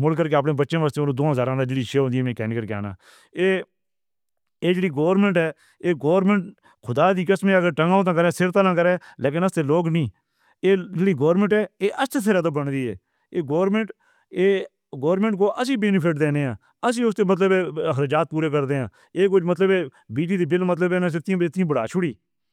موڑ کر کے اپنے بچے وستَر دھندہ جڑی شُود میں کہیں جانا۔ یے یے گورنمنٹ ہے۔ یے گورنمنٹ خدا دی قسم اگر کرں سرتنا کرں، لیکن ہم سے لوگ نہیں۔ یے گورنمنٹ ہے۔ یے حیرت سے بنی ہوئی ہے۔ یے گورنمنٹ یے گورنمنٹ کو۔ ایسی بینیفٹ دینے ہیں ایسی اُس دے مطلبے خرچ پورے کردے ہیں۔ یے کُجھ مطلب بجلی بل مطلب وڈا چھوٹی۔